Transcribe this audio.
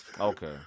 Okay